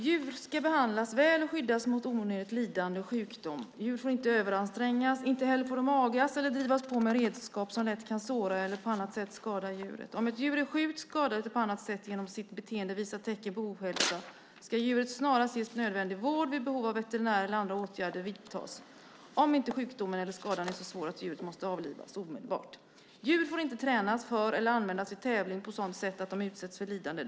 Fru talman! Djur ska behandlas väl och skyddas mot onödigt lidande och sjukdom. Djur får inte överansträngas. Inte heller får de agas eller drivas på med redskap som lätt kan såra eller på annat sätt skada djuret. Om ett djur är sjukt, skadat eller på annat sätt genom sitt beteende visar tecken på ohälsa ska djuret snarast ges nödvändig vård, vid behov av veterinär, eller andra åtgärder vidtas, om inte sjukdomen eller skadan är så svår att djuret måste avlivas omedelbart. Djur får inte tränas för eller användas i tävling på sådant sätt att de utsätts för lidande.